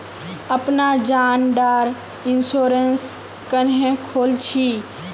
अपना जान डार इंश्योरेंस क्नेहे खोल छी?